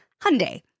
Hyundai